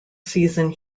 season